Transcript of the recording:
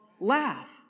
laugh